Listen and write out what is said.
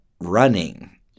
running